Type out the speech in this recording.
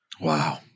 Wow